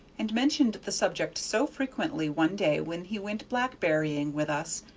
and mentioned the subject so frequently one day when he went blackberrying with us,